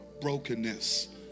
brokenness